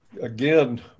again